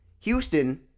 Houston